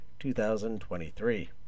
2023